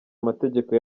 amategeko